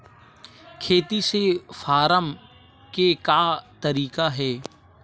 खेती से फारम के का तरीका हे?